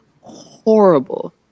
horrible